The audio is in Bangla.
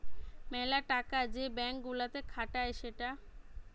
মেলা টাকা যে ব্যাঙ্ক গুলাতে খাটায় সেটা